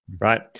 right